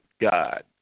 God